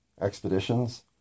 expeditions